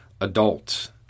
adults